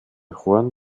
horn